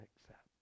accept